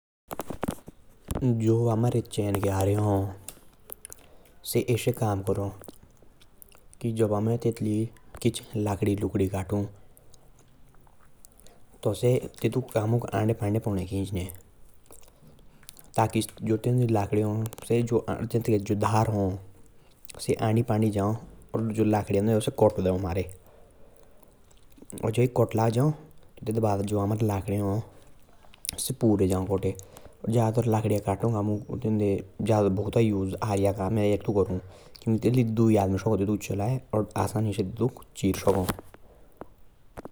जो आमरे चाय के आरे हौँ। तातुका या काम हौँ तातु लाइ अमेर लकड़ी काटु तेरी चलानक दुई लोग लगा।